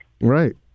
right